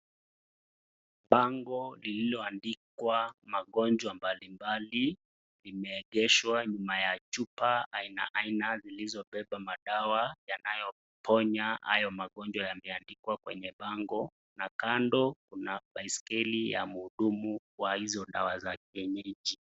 Bango lililoandikwa magonjwa mbalimbali, limeegeshwa nyuma ya chupa aina aina zilizobeba madawa yanayoponya hayo magonjwa yameandikwa kwenye bango na kando kuna baiskeli ya mhudumu wa hizo dawa ya kienyeji.